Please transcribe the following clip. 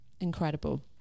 incredible